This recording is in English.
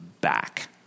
back